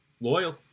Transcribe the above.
Loyal